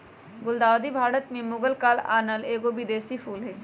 गुलदाऊदी भारत में मुगल काल आनल एगो विदेशी फूल हइ